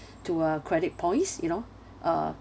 to a credit points you know uh